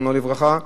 זיכרונו לברכה.